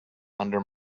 under